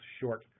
short